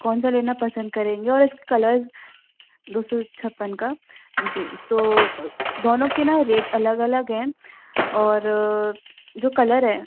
कौन सा लेना पसंद करेंगे और इसके कलर्ज़ दो सौ छप्पन का जी तो दोनों के ना रेट अलग अलग हैं और जो कलर है